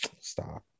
Stop